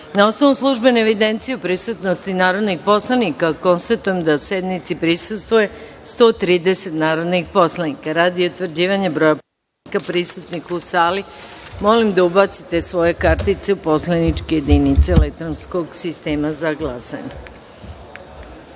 osnovu službene evidencije o prisutnosti narodnih poslanika, konstatujem da sednici prisustvuje 130 narodnih poslanika. Radi utvrđivanja broja narodnih poslanika prisutnih u sali, molim da ubacite svoje identifikacione kartice u poslaničke jedinice elektronskog sistema za